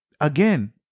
again